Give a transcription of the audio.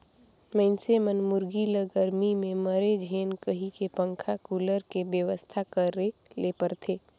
मइनसे मन मुरगी ल गरमी में मरे झेन कहिके पंखा, कुलर के बेवस्था करे ले परथे